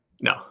No